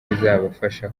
bizabafasha